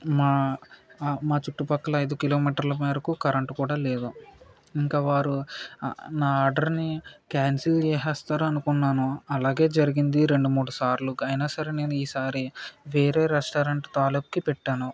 మా మా చుట్టుపక్కల ఐదు కిలోమీటర్ల మేరకు కరెంటు కూడా లేదు ఇంకా వారు నా ఆర్డర్ని క్యాన్సిల్ చేస్తారు అనుకున్నాను అలాగే జరిగింది రెండు మూడుసార్లు అయినా సరే నేను ఈసారి వేరే రెస్టారెంట్ తాలుకుకి పెట్టాను